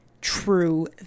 true